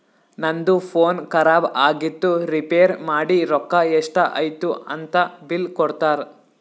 ನಂದು ಫೋನ್ ಖರಾಬ್ ಆಗಿತ್ತು ರಿಪೇರ್ ಮಾಡಿ ರೊಕ್ಕಾ ಎಷ್ಟ ಐಯ್ತ ಅಂತ್ ಬಿಲ್ ಕೊಡ್ತಾರ್